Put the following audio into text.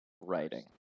writing